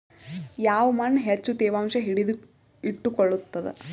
ಯಾವ್ ಮಣ್ ಹೆಚ್ಚು ತೇವಾಂಶ ಹಿಡಿದಿಟ್ಟುಕೊಳ್ಳುತ್ತದ?